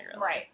Right